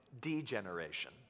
degeneration